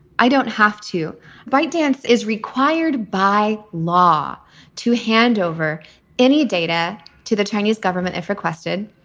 i don't have to bite. dance is required by law to hand over any data to the chinese government if requested,